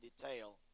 detail